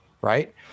Right